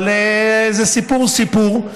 אבל זה סיפור סיפור.